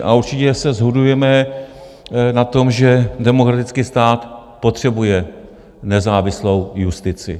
A určitě se shodujeme na tom, že demokratický stát potřebuje nezávislou justici.